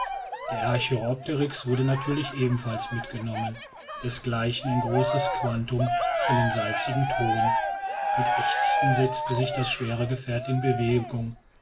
der archäopteryx wurde natürlich ebenfalls mitgenommen desgleichen ein großes quantum von dem salzigen thon mit ächzen setzte sich das schwere gefährt in bewegung